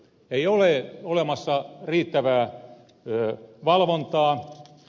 ei ole olemassa riittävää valvontaa